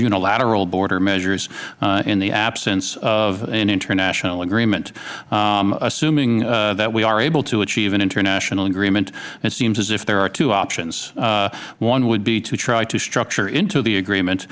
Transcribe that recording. unilateral border measures in the absence of an international agreement assuming that we are able to achieve an international agreement it seems as if there are two options one would be to try to structure into the agreement